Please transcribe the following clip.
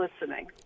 listening